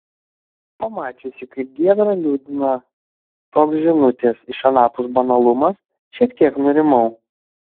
pamačiusi kaip giedrą liūdina toks žinutės iš anapus banalumas šiek tiek nurimau